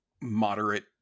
moderate